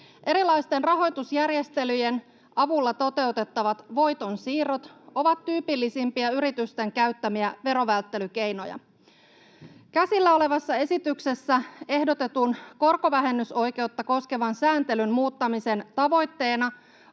Erilaisten rahoitusjärjestelyjen avulla toteutettavat voitonsiirrot ovat tyypillisimpiä yritysten käyttämiä verovälttelykeinoja. Käsillä olevassa esityksessä ehdotetun korkovähennysoikeutta koskevan sääntelyn muuttamisen tavoitteena